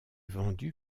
vendu